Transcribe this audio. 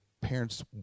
parents